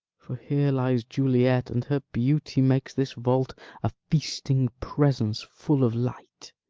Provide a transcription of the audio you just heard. for here lies juliet, and her beauty makes this vault a feasting presence full of light.